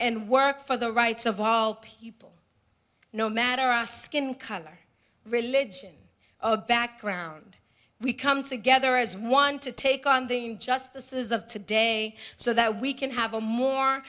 and work for the rights of all people no matter our skin color religion or background we come together as one to take on the injustices of today so that we can have a more